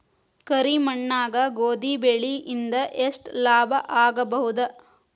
ಕರಿ ಮಣ್ಣಾಗ ಗೋಧಿ ಬೆಳಿ ಇಂದ ಎಷ್ಟ ಲಾಭ ಆಗಬಹುದ?